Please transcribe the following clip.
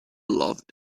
loved